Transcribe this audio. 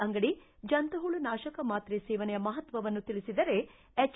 ಅಂಗಡಿ ಜಂಶುಹುಳು ನಾಶಕ ಮಾತ್ರೆ ಸೇವನೆಯ ಮಹತ್ವವನ್ನು ತಿಳಿಸಿದರೆ ಎಜ್